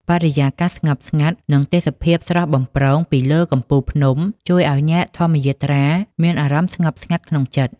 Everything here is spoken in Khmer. បរិយាកាសស្ងប់ស្ងាត់ និងទេសភាពស្រស់បំព្រងពីលើកំពូលភ្នំ ជួយឲ្យអ្នកធម្មយាត្រាមានអារម្មណ៍ស្ងប់ស្ងាត់ក្នុងចិត្ត។